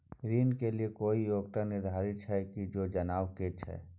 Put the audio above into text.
ऋण के लेल कोई योग्यता निर्धारित छै की से जनबा के छै?